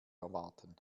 erwarten